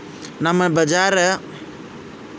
ಈ ನಮ್ ಬಜಾರ ಹೆಂಗ ಉಪಯೋಗಿಸಬೇಕು?